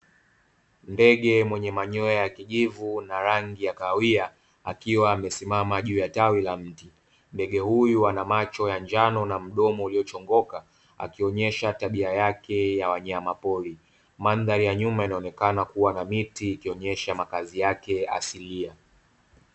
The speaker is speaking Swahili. Ndege mwenye manyoya ya kijivu na rangi ya kahawia akiwa amesimama juu ya tawi la mti. Ndege huyu ana macho ya njano na mdomo ulio chongoka, akionesha tabia yake ya wanyama pori. Mandhari ya nyuma inaonekana kuwa na miti ikionesha makazi yake asilia.